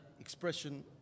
expression